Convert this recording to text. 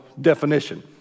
definition